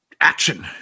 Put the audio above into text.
action